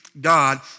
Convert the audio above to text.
God